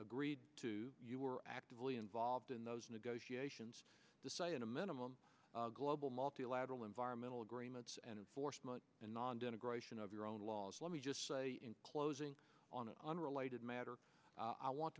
agreed to you were actively involved in those negotiations to say in a minimum global multilateral environmental agreements and in force and non denigration of your own laws let me just say in closing on an unrelated matter i want